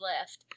left